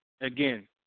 Again